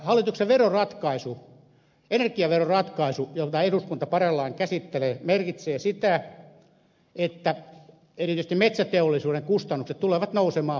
hallituksen energiaveroratkaisu jota eduskunta parhaillaan käsittelee merkitsee sitä että erityisesti metsäteollisuuden kustannukset tulevat nousemaan huomattavasti